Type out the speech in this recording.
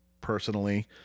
personally